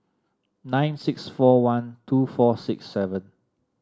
nine six four one two four six seven